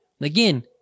Again